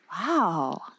Wow